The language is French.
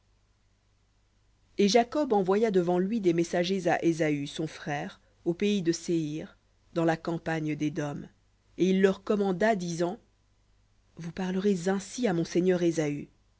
et jacob envoya devant lui des messagers à ésaü son frère au pays de séhir dans la campagne dédom et il leur commanda disant vous parlerez ainsi à